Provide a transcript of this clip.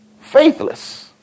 Faithless